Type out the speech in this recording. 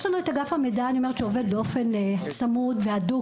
יש לנו אגף מידע שעובד באופן צמוד והדוק